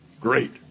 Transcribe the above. Great